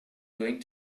going